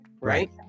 right